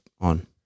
on